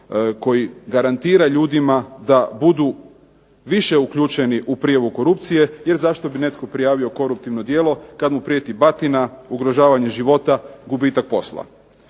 koji garantira ljudima da budu više uključeni u prijavu korupcije jer zašto bi netko prijavio koruptivno djelo kad mu prijeti batina, ugrožavanje života, gubitak posla.